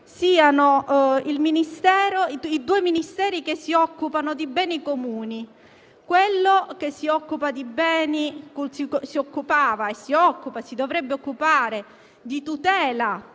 siano i due Ministeri che si occupano di beni comuni: quello che si occupava, si occupa e si dovrebbe occupare di tutela